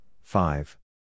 five